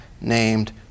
named